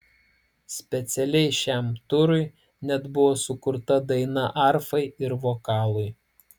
specialiai šiam turui net buvo sukurta daina arfai ir vokalui